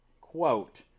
quote